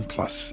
Plus